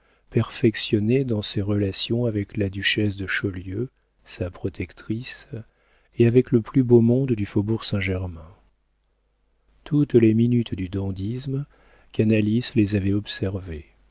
perfectionnée dans ses relations avec la duchesse de chaulieu sa protectrice et avec le plus beau monde du faubourg saint-germain toutes les minuties du dandysme canalis les avait observées